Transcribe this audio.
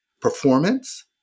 performance